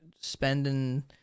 spending